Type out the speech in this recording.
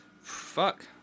fuck